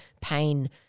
pain